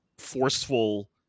forceful